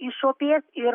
išopės ir